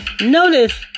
Notice